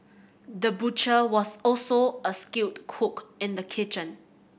the butcher was also a skilled cook in the kitchen